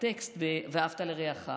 הטקסט ב"ואהבת לרעך"?